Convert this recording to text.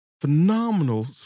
phenomenal